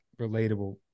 relatable